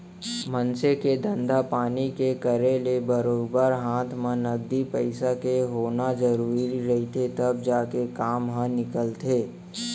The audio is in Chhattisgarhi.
मनसे के धंधा पानी के करे ले बरोबर हात म नगदी पइसा के होना जरुरी रहिथे तब जाके काम ह निकलथे